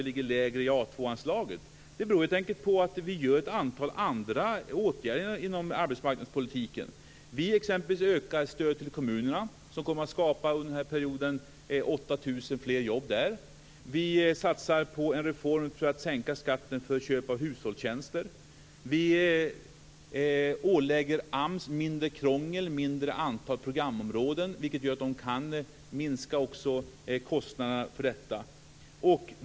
Vi ligger lägre när det gäller A 2-anslaget. Det beror helt enkelt på att vi gör ett antal andra åtgärder inom arbetsmarknadspolitiken. Vi ökar t.ex. stödet till kommunerna, som under den här perioden kommer att skapa 8 000 fler jobb. Vi satsar på en reform för att sänka skatten vid köp av hushållstjänster. Vi ålägger AMS mindre krångel och mindre antal programområden, vilket gör att man också kan minska kostnaderna.